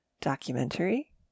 documentary